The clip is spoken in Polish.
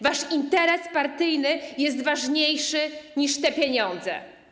Wasz interes partyjny jest ważniejszy niż te pieniądze.